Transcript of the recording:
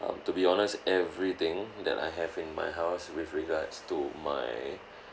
um to be honest everything that I have in my house with regards to my